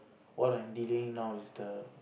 what I'm delaying now is the